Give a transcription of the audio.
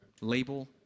label